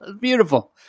Beautiful